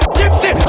gypsy